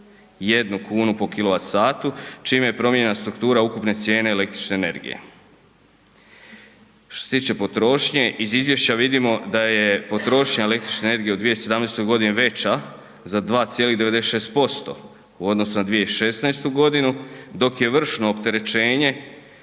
0,1 kn po KWh, čime je promijenjena struktura ukupne cijene električne energije. Što se tiče potrošnje, iz izvješća vidimo da je potrošnja električne energije veća za 2,96% u odnosu na 2016. godinu, dok je vršno opterećenje